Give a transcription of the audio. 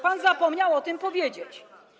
Pan zapomniał o tym powiedzieć.